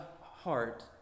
heart